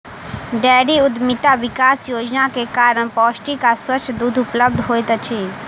dairy उद्यमिता विकास योजना के कारण पौष्टिक आ स्वच्छ दूध उपलब्ध होइत अछि